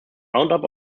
roundup